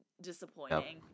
disappointing